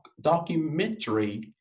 documentary